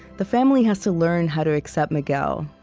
the family has to learn how to accept miguel,